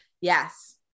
Yes